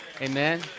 Amen